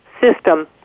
system